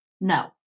no